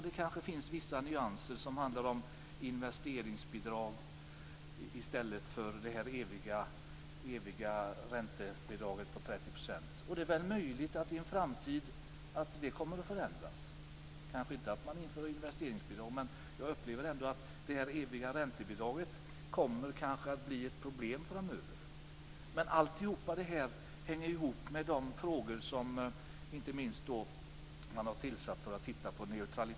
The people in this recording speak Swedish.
Det kanske finns vissa nyanser som handlar om investeringsbidrag i stället för det eviga räntebidraget på 30 %. Det är möjligt att det kommer att förändras i en framtid. Man inför kanske inte investeringsbidrag, men jag upplever ändå att det eviga räntebidraget kommer att bli ett problem framöver. Allt detta hänger ihop med de frågor som man tittar på nu, t.ex. neutralitet i boendet.